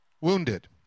wounded